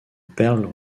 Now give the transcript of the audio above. perles